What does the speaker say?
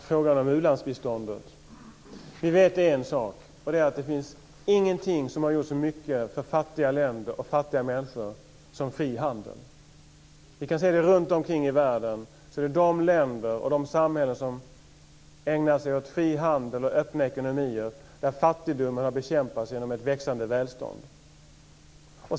Herr talman! Låt mig först ta upp frågan om ulandsbiståndet. Vi vet en sak, och det är att det inte finns någonting som har gjort så mycket för fattiga länder och fattiga människor som fri handel. Vi kan se det runtomkring i världen. I de länder och de samhällen som ägnar sig åt fri handel och öppna ekonomier har fattigdomen bekämpats genom ett växande välstånd.